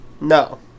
No